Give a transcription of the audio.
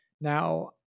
Now